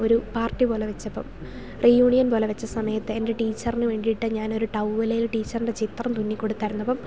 ഒരു പാർട്ടി പോലെ വച്ചപ്പം റിയൂണിയൻ പോലെ വച്ച സമയത്ത് എൻ്റെ ടീച്ചറിന് വേണ്ടിയിട്ട് ഞാൻ ഒരു ടൗവ്വലിൽ ടീച്ചറിൻ്റെ ചിത്രം തുന്നി കൊടുത്തായിരൂനു അപ്പം